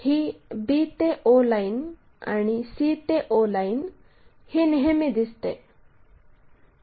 ही b ते o line आणि c ते o लाइन ही नेहमी दिसते